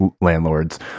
landlords